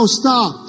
stop